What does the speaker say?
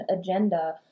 agenda